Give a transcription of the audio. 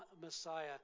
Messiah